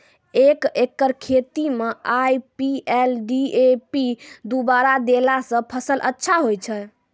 एक एकरऽ खेती मे आई.पी.एल डी.ए.पी दु बोरा देला से फ़सल अच्छा होय छै?